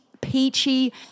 peachy